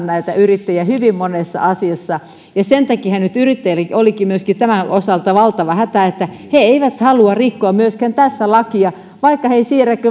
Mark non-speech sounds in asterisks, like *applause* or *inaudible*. *unintelligible* näitä yrittäjiä todellakin valvotaan hyvin monessa asiassa sen takia nyt yrittäjillä olikin tämän osalta valtava hätä että he eivät halua rikkoa myöskään tässä lakia vaikka he eivät siirrä kuin vaikka kilometrin